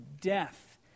death